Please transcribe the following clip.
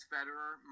Federer